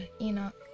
Enoch